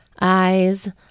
eyes